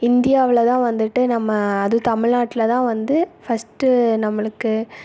இந்தியாவில்தான் வந்துட்டு நம்ம அதுவும் தமிழ்நாட்டிலதான் வந்து ஃபஸ்ட்டு நம்மளுக்கு